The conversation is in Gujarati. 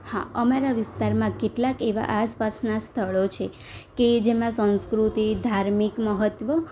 હા અમારા વિસ્તારમાં કેટલાક એવા આસપાસના સ્થળો છે કે જેમાં સંસ્કૃતિ ધાર્મિક મહત્ત્વ